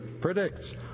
predicts